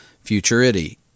futurity